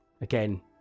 again